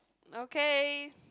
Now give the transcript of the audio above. okay